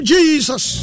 Jesus